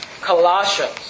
Colossians